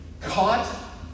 Caught